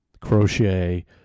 crochet